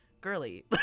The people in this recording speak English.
Girly